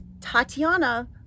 Tatiana